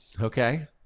Okay